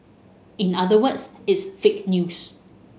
in other words it's fake news